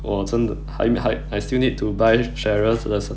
我真的还还 I still need to buy cheryl's